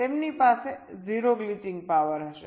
તેમની પાસે 0 glitching power હશે